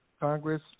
Congress